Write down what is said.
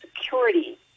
security